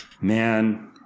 man